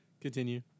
Continue